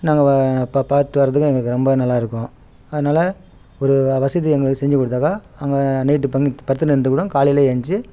நாங்கள் வ அப்போ பார்த்துட்டு வரதுக்கு எங்களுக்கு ரொம்ப நல்லா இருக்கும் அதனால் ஒரு வ வசதி எங்களுக்கு செஞ்சுக் கொடுத்தாக்கா அங்கே நீட்டு பண்ணி படுத்துனு இருந்துக் கூட காலையிலே எழுந்ச்சி